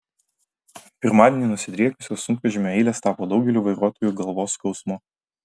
pirmadienį nusidriekusios sunkvežimių eilės tapo daugelio vairuotojų galvos skausmu